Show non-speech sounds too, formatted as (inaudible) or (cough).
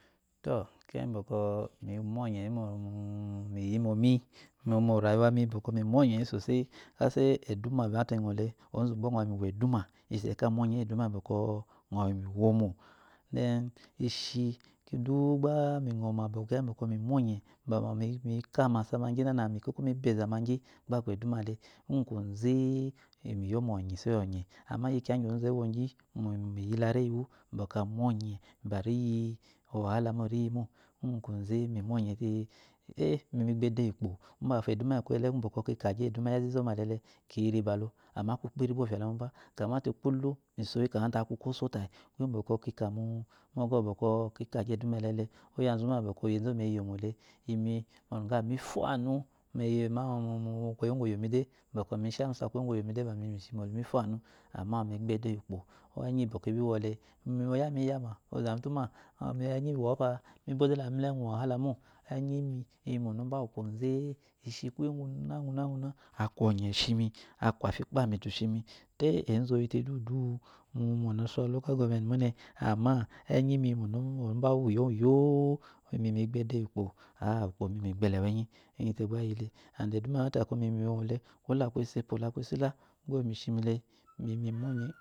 Tɔ kiya ngi bɔkɔ mimyɔye yi mu mi yi mo mi mu morayiwa mi bɔkɔ mi mɔnyeyi soseyi kase eduma kyamate iøɔle ozu gba øɔ mi wo edu ma isheshi ka myɔnye eyi eduma iyi øɔma yaya ngibɔkɔ mi minye aba bi kakama magyi nana miba eza magyi ba aku edumale ngu kwoze iyomo miso iyi ɔnye ama kiya ngi ozu ewo gyi mu iyi lareyi wu bɔkɔamu onye gba riyi owala mo riyi mo ngu kwoze mimiyɔye te-e mi gbede iyi uko umbafo eduma iyi kuye ngu kakagyi eduma iyi ozu izɔma ele le kiyi riba lo ama aku kpiri gba fya le moba te kulu misoyi ta aku kwoso tayi kuye ngufo kika mu mɔgɔwu bɔkɔ kika gyi eduma ele le oyazuma iyibɔkɔ eyezu meyo iyomo le imi mɔnumawu mifo anu mɔnumawu kuyo ngwoyomi de mishi amusa kugo ngwoyimi de bɔkɔ mi fa anu mɔnumawu mi gbede iyi ukpo enyi iyi bɔkɔ ibi wɔle imi ma oyamima iyama ozami te uma imi enyi iwɔɔ pa ama de lami lo eømi owala mo, enyimi iyi monoba uwu kwoze, mukuye ngunaguna aku onye shimi aku afyi ikpa midu shimi, de ezu oyi te dudu mo nasarawa local govermeny mone ama enyimi aku monaba awu iyoyo imi migbede iyukpo agba ukpo mi gbele enyi and then eduma iyi bɔkɔ miyi miwomo le kwo laku eso epo eso ela gba omi shimole (unintelligible)